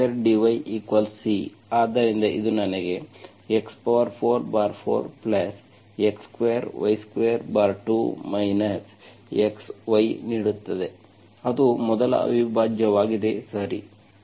ಆದ್ದರಿಂದ ಇದು ನನಗೆ x44x2y22 xy ನೀಡುತ್ತದೆ ಅದು ಮೊದಲ ಅವಿಭಾಜ್ಯವಾಗಿದೆ ಸರಿ